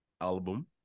album